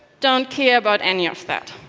don't care about any of that.